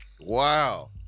Wow